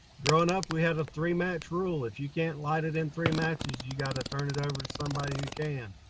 growing up, we had a three match rule. rule. if you can't light it in three matches you got to turn it over to somebody who can.